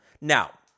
Now